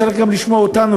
הוא צריך גם לשמוע אותנו,